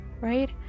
right